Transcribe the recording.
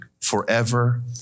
forever